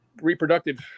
reproductive